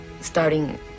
starting